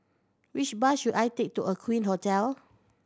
which bus should I take to Aqueen Hotel